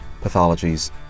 pathologies